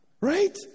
right